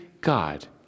God